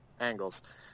angles